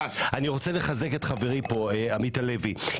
אני רוצה לחזק את חברי עמית הלוי.